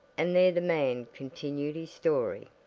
and there the man continued his story.